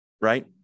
right